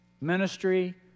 ministry